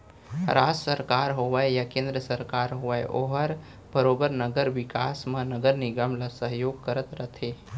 राज सरकार होवय के केन्द्र सरकार होवय ओहर बरोबर नगर बिकास म नगर निगम ल सहयोग करत रथे